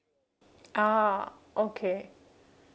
ah okay